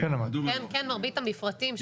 כן מרבית המפרטים.